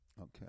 Okay